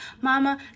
Mama